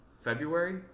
February